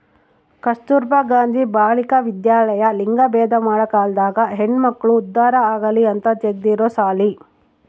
ಕಸ್ತುರ್ಭ ಗಾಂಧಿ ಬಾಲಿಕ ವಿದ್ಯಾಲಯ ಲಿಂಗಭೇದ ಮಾಡ ಕಾಲ್ದಾಗ ಹೆಣ್ಮಕ್ಳು ಉದ್ದಾರ ಆಗಲಿ ಅಂತ ತೆಗ್ದಿರೊ ಸಾಲಿ